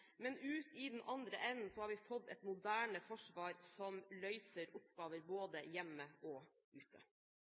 men ut i den andre enden har vi fått et moderne forsvar som løser oppgaver både hjemme og ute.